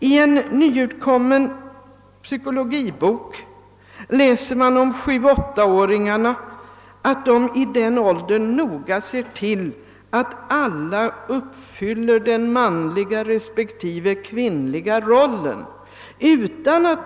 I en nyutkommen psykologibok läser man om 7—8-åringarna att barn i denna ålder noga ser till att alla uppfyller den manliga respektive kvinnliga rollens krav.